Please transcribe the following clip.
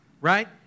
right